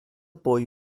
boy